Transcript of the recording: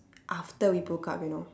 after we broke up you know